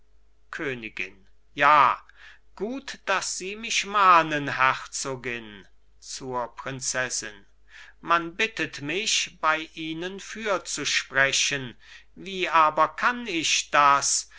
königin ja gut daß sie mich mahnen herzogin zur prinzessin man bittet mich bei ihnen fürzusprechen wie aber kann ich das